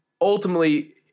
ultimately